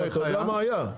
אתה יודע מה היה.